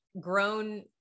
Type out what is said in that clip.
grown